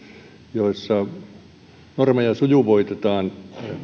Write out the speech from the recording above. joissa normeja sujuvoitetaan